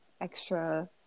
extra